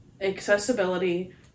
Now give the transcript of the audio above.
accessibility